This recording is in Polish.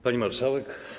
Pani Marszałek!